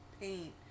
paint